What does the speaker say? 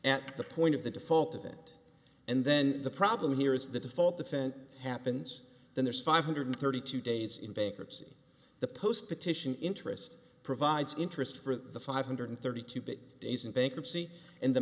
at the point of the default event and then the problem here is the default the fent happens then there's five hundred thirty two days in bankruptcy the post petition interest provides interest for the five hundred thirty two bit days in bankruptcy and the